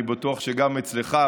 אני בטוח שגם אצלך,